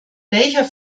welcher